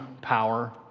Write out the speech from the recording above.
power